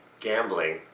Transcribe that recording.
Gambling